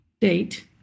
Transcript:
date